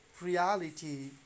reality